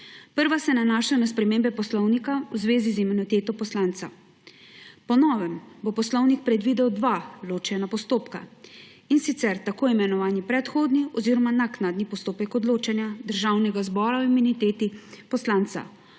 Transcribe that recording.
Prva se nanaša na spremembe Poslovnika v zvezi z imuniteto poslanca. Po novem bo Poslovnik predvidel dva ločena postopka, in sicer tako imenovani predhodni oziroma naknadni postopek odločanja Državnega zbora o imuniteti poslanca.